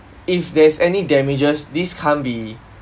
if there's any damages this can't be